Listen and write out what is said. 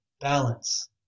Balance